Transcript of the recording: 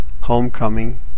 homecoming